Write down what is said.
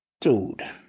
dude